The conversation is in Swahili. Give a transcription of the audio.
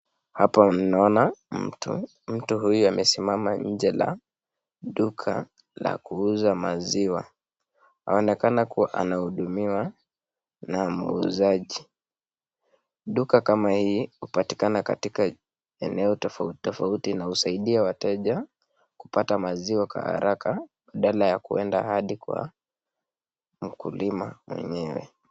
Hapa ninaona mtu, mtu huyu amesimama nje la duka ya kuuza maziwa, anaonekana kua anahudumiwa na muuzaji. Duka kama hii kupatikana kwa eneo tofauti tofauti na usaidia wateja kupata maziwa kwa haraka badala ya kuenda hadi kwa mkulima mwenyewe.